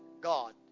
God